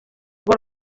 urwo